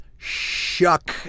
shuck